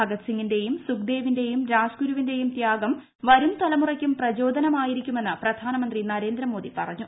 ഭഗത് സിംഗിന്റെയും ് സുഖ്ദേവിന്റെയും രാജ്ഗുരുവിന്റെയും ത്യാഗം വരുംതലമുറയ്ക്കും പ്രചോദനമായിരിക്കുമെന്ന് പ്രധാനമന്ത്രി നരേന്ദ്രമോദി പറ ഞ്ഞു